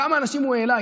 כמה אנשים הוא העלה.